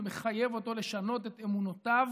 שמחייב אותו לשנות את אמונותיו